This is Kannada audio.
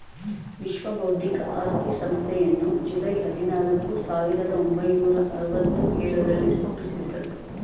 ವಿಶ್ವ ಬೌದ್ಧಿಕ ಆಸ್ತಿ ಸಂಸ್ಥೆಯನ್ನು ಜುಲೈ ಹದಿನಾಲ್ಕು, ಸಾವಿರದ ಒಂಬೈನೂರ ಅರವತ್ತ ಎಳುರಲ್ಲಿ ಸ್ಥಾಪಿಸಿದ್ದರು